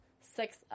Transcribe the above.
six